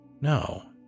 No